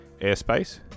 airspace